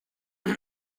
how